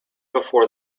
before